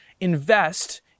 invest